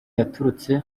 yaturutse